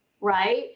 Right